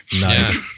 Nice